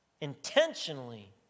intentionally